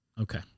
Okay